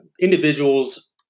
individuals